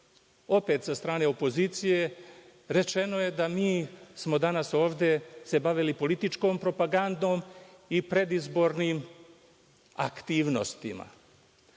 opet sa strane opozicije, rečeno je da mi smo danas ovde se bavili političkom propagandom i predizbornim aktivnostima.